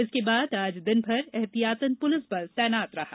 इसके बाद आज दिनभर ऐहतियातन पुलिस बल तैनात रहा